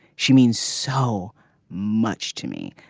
she means so much to me.